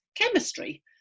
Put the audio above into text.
chemistry